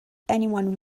anyone